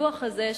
הדוח הזה,